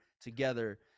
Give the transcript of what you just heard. together